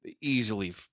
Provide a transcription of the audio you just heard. easily